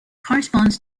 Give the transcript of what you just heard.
corresponds